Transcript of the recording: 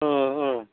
औ औ